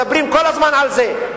מדברים כל הזמן על זה,